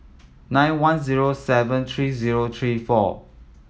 nine one zero seven three zero three four